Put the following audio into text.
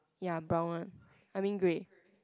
ya brown one I mean grey